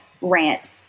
rant